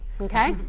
okay